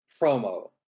promo